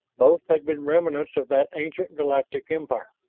both had been remnants of that ancient galactic empire.